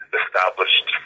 established